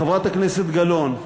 חברת הכנסת גלאון,